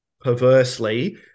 perversely